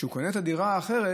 כשהוא קונה את הדירה האחרת,